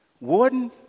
Warden